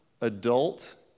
adult